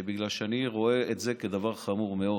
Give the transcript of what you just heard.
בגלל שאני רואה את זה כדבר חמור מאוד.